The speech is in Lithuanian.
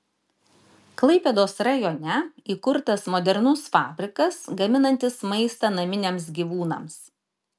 klaipėdos rajone įkurtas modernus fabrikas gaminantis maistą naminiams gyvūnams